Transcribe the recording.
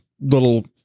little